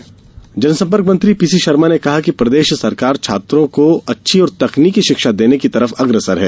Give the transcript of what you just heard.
छात्र संघ शपथ जनसंपर्क मंत्री पीसी शर्मा ने कहा कि प्रदेश सरकार छात्रों को अच्छी और तकनीकी शिक्षा देने की तरफ अग्रसर है